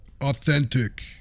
authentic